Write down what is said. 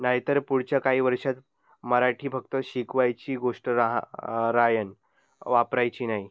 नाहीतर पुढच्या काही वर्षात मराठी फक्त शिकवायची गोष्ट राहा राहीन वापरायची नाही